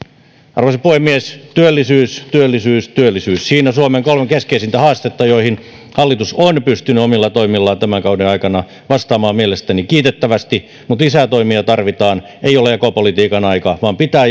arvoisa puhemies työllisyys työllisyys työllisyys siinä suomen kolme keskeisintä haastetta joihin hallitus on pystynyt omilla toimillaan tämän kauden aikana vastaamaan mielestäni kiitettävästi mutta lisää toimia tarvitaan ei ole jakopolitiikan aika vaan pitää